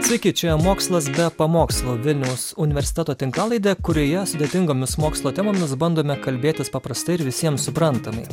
sveiki čia mokslas be pamokslų vilniaus universiteto tinklalaidę kurioje sudėtingomis mokslo temomis bandome kalbėtis paprastai ir visiems suprantamai